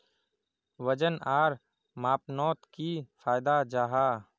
वजन आर मापनोत की फायदा जाहा?